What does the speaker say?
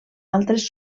altres